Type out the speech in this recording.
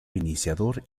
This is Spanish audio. iniciador